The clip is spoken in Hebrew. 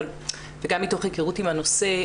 וגם מתוך היכרות עם הנושא,